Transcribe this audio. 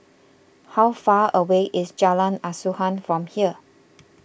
how far away is Jalan Asuhan from here